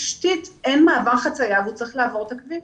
התשתית אין מעבר חצייה והוא צריך לעבור את הכביש